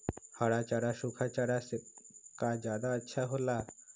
हरा चारा सूखा चारा से का ज्यादा अच्छा हो ला?